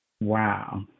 Wow